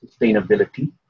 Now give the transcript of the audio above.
sustainability